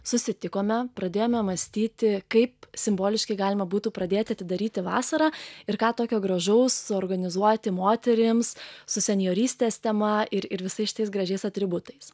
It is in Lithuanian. susitikome pradėjome mąstyti kaip simboliškai galima būtų pradėti atidaryti vasarą ir ką tokio gražaus suorganizuoti moterims su senjorystės tema ir ir visais šitais gražiais atributais